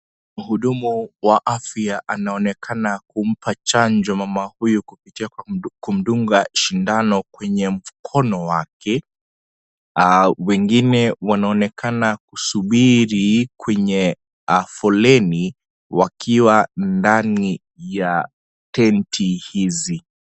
Mhudumu wa afya anaonekana kumpa chanjo mama huyu kupitia kwa kumdunga sindano kwenye mkono wake. Wengine wanaonekana kusubiri kwenye foleni wakiwa ndani ya tents hizi.